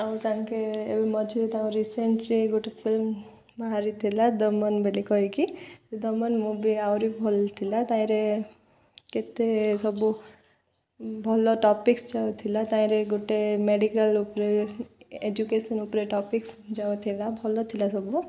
ଆଉ ତାଙ୍କେ ଏବେ ମଝିରେ ତାଙ୍କ ରିସେଣ୍ଟଲି ଗୋଟେ ଫିଲ୍ମ ବାହାରିଥିଲା ଦମନ ବୋଲି କହିକି ଦମନ ମୁଭି ଆହୁରି ଭଲ ଥିଲା ତାହିଁରେ କେତେ ସବୁ ଭଲ ଟପିକ୍ସ ଯାଉଥିଲା ତାହିଁରେ ଗୋଟେ ମେଡ଼ିକାଲ୍ ଉପରେ ଏଜୁକେସନ୍ ଉପରେ ଟପିକ୍ସ ଯାଉଥିଲା ଭଲ ଥିଲା ସବୁ